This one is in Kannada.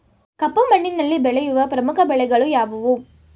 ಕಪ್ಪು ಮಣ್ಣಿನಲ್ಲಿ ಬೆಳೆಯುವ ಪ್ರಮುಖ ಬೆಳೆಗಳು ಯಾವುವು?